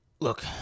Look